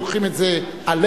לוקחים את זה עלינו,